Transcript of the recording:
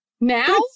Now